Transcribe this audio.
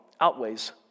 outweighs